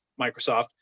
Microsoft